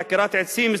עקירת עצים,